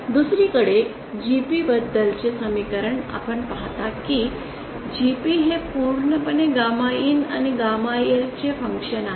दुसरीकडे GP बद्दलचे समीकरण आपण पाहता की GP हे पूर्णपणे गॅमा IN आणि गामा L चे फंक्शन आहे